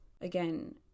Again